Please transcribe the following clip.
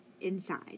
inside